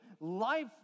life